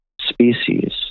species